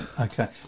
Okay